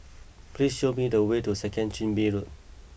please show me the way to Second Chin Bee Road